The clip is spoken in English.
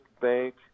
bank